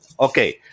Okay